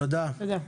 תודה.